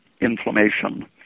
inflammation